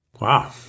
Wow